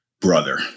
brother